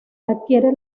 adquiere